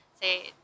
say